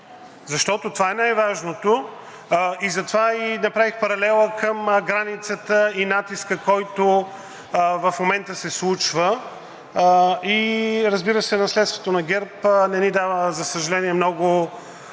защото това е най-важното. Затова и направих паралела към границата и натиска, който в момента се случва. Разбира се, наследството на ГЕРБ не ни дава, за съжаление, много